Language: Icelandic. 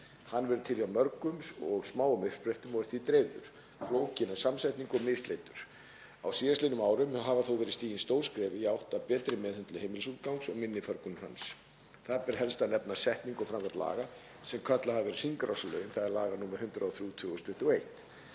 Hann verður til hjá mörgum og smáum uppsprettum og er því dreifður, flókinn að samsetningu og misleitur. Á síðastliðnum árum hafa þó verið stigin stór skref í átt að betri meðhöndlun heimilisúrgangs og minni förgun hans. Þar ber helst að nefna setningu og framkvæmd laga sem kölluð hafa verið hringrásarlögin, nr. 103/2021.